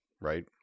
right